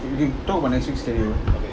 we could talk on next week stereo